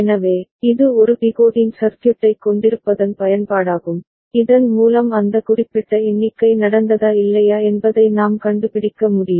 எனவே இது ஒரு டிகோடிங் சர்க்யூட்டைக் கொண்டிருப்பதன் பயன்பாடாகும் இதன் மூலம் அந்த குறிப்பிட்ட எண்ணிக்கை நடந்ததா இல்லையா என்பதை நாம் கண்டுபிடிக்க முடியும்